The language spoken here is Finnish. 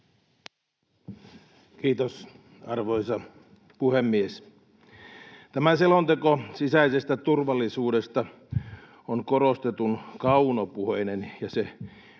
Kiitos, arvoisa puhemies! Tämä selonteko sisäisestä turvallisuudesta on korostetun kaunopuheinen, ja se